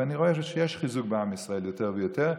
ואני רואה שיש חיזוק בעם ישראל יותר ויותר,